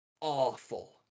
awful